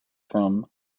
from